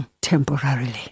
temporarily